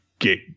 get